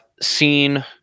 seen